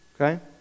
Okay